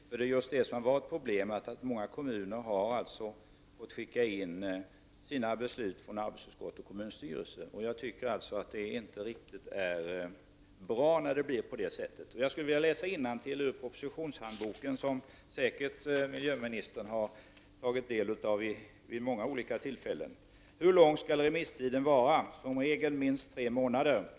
Problemet har ju varit att många kommuner har fått skicka in besluten i arbetsutskott och kommunstyrelse. Jag anser att det inte är bra när det blir på det sättet. I propositionshandboken, som miljöministern vid många olika tillfällen säkert har tagit del av, står det: ”Hur lång tid skall remisstiden vara? Som regel minst tre månader.